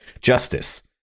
justice